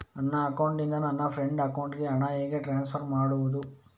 ನನ್ನ ಅಕೌಂಟಿನಿಂದ ನನ್ನ ಫ್ರೆಂಡ್ ಅಕೌಂಟಿಗೆ ಹಣ ಹೇಗೆ ಟ್ರಾನ್ಸ್ಫರ್ ಮಾಡುವುದು?